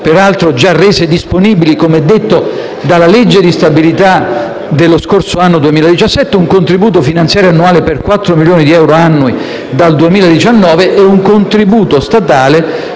peraltro già rese disponibili, come detto, dalla legge di stabilità 2017; un contributo finanziario annuale per 4 milioni di euro annui dal 2019 e un contributo statale